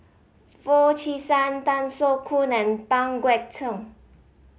Foo Chee San Tan Soo Khoon and Pang Guek Cheng